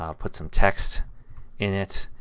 um put some text in it.